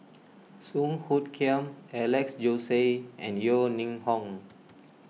Song Hoot Kiam Alex Josey and Yeo Ning Hong